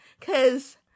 Cause